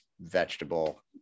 vegetable